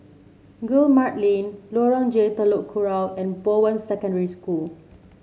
Guillemard Lane Lorong J Telok Kurau and Bowen Secondary School